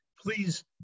please